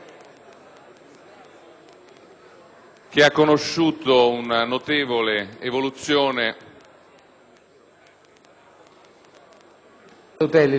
e ha conosciuto una notevole evoluzione...